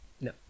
no